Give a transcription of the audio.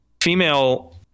Female